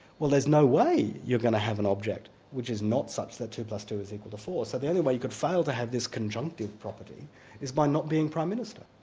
well, there's no way you're going to have an object which is not such that two plus two is equal to four, so the only way you could fail to have this conjunctive property is by not being prime minister.